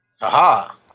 Aha